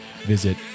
Visit